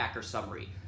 summary